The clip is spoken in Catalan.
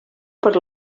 per